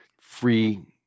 free